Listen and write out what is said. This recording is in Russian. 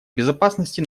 безопасности